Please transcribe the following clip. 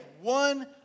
one